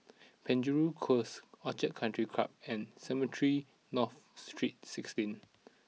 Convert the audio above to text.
Penjuru Close Orchid Country Club and Cemetry North Street sixteen